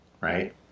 right